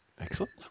Excellent